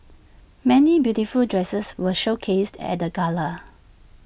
many beautiful dresses were showcased at the gala